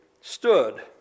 stood